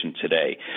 today